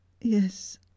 yes